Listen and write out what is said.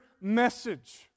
message